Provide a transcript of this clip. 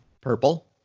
Purple